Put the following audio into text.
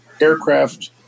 aircraft